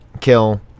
Kill